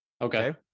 Okay